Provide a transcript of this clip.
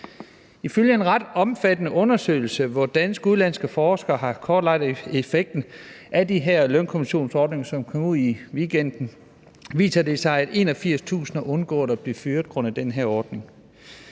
Ifølge en ret omfattende undersøgelse, hvor danske og udenlandske forskere har kortlagt effekten af lønkompensationsordningen, som kom i weekenden, viser det sig, at 81.000 har undgået at blive fyret på grund af den her ordning.